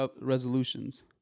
resolutions